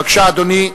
בבקשה, אדוני.